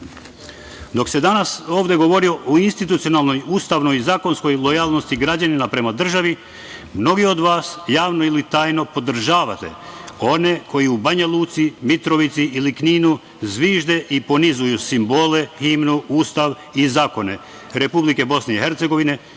se danas ovde govori o institucionalnoj, ustavnoj i zakonskoj lojalnosti građanina prema državi mnogi od vas javno ili tajno podržavate one koji u Banja Luci, Mitrovici ili Kninu zvižde i ponižavaju simbole, himnu, ustav i zakone Republike Bosne i Hercegovine,